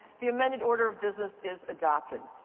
the amended order of business is adopted.